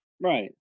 Right